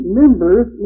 members